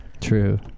True